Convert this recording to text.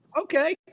Okay